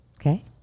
Okay